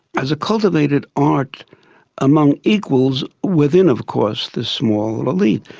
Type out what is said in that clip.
as a cultivated art among equals within of course this small elite.